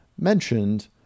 mentioned